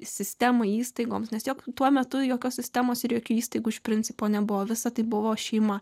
sistemą įstaigoms nes jog tuo metu jokios sistemos ir jokių įstaigų iš principo nebuvo visa tai buvo šeima